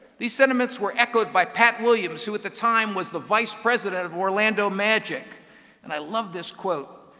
these sentiments were echoed by pat williams who at the time was the vice president of orlando magic and i love this quote.